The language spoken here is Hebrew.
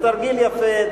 זה תרגיל יפה,